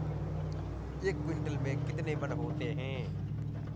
एक क्विंटल में कितने मन होते हैं?